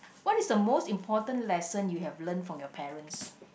what is the most important lesson you have learnt from your parents